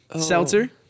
Seltzer